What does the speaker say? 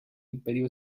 imperio